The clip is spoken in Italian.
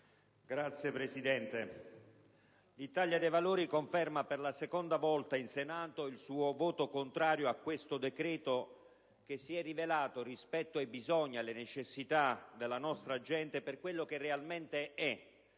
Signora Presidente, l'Italia dei Valori conferma per la seconda volta in Senato il suo voto contrario a questo decreto-legge che si è rivelato, rispetto ai bisogni, alle necessità della nostra gente, per quello che realmente è.